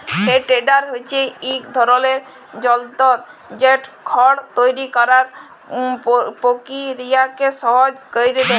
হে টেডার হছে ইক ধরলের যল্তর যেট খড় তৈরি ক্যরার পকিরিয়াকে সহজ ক্যইরে দেঁই